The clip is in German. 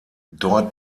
dort